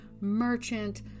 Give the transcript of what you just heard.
merchant